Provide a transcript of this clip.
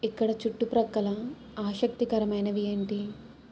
ఇక్కడ చుట్టుప్రక్కల ఆసక్తికరమైనవి ఏంటి